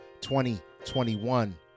2021